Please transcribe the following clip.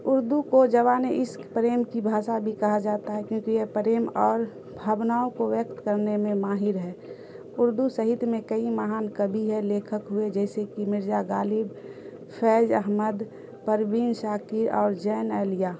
اردو کو زبان عشق پریم کی بھاشا بھی کہا جاتا ہے کیونکہ یہ پریم اور بھابناؤں کو ویکت کرنے میں ماہر ہے اردو سہت میں کئی مہان کوی ہے لیکھک ہوئے جیسے کہ مرزا غالب فیض احمد پروین شاکر اور جون ایلیا